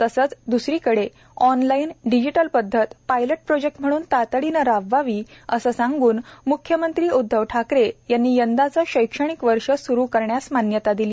तसेच द्रसरीकडे online digital पद्धत पायलट प्रॉजेक्ट म्हणून तातडीने राबवावी असे सांगून मुख्यमंत्री उद्वव ठाकरे यांनी यंदाचे शैक्षणिक वर्ष सुरु करण्यास मान्यता दिली